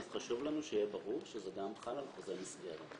אז חשוב לנו שיהיה ברור שזה חל גם חוזה מסגרת.